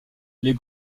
les